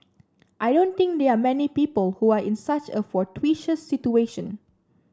I don't think there are many people who are in such a fortuitous situation